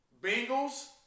Bengals